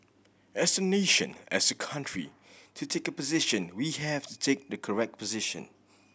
as a nation as a country to take a position we have to take the correct position